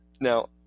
Now